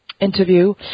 interview